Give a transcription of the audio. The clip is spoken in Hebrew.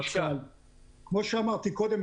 כמו שאמרתי קודם,